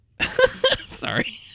Sorry